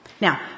Now